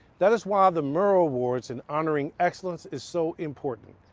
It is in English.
that is why the murrow awards and honoring excellence is so important.